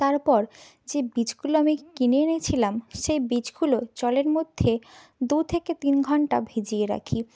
তারপর যে বীজগুলো আমি কিনে এনেছিলাম সেই বীজগুলো জলের মধ্যে দু থেকে তিন ঘন্টা ভিজিয়ে রাখি